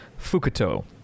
Fukuto